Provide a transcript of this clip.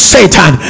Satan